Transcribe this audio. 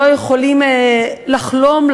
לא יכולים לחלום,